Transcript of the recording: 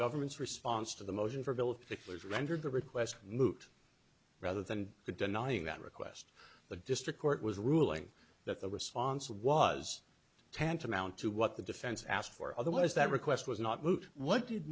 government's response to the motion for bill of particulars rendered the request moot rather than denying that request the district court was ruling that the response was tantamount to what the defense asked for otherwise that request was not moot what did